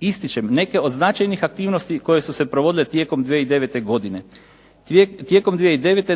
Ističem, neke od značajnih aktivnosti koje su se provodile tijekom 2009. godine. Tijekom 2009.